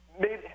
made